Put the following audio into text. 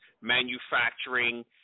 manufacturing